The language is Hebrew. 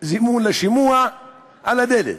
זימון לשימוע על הדלת.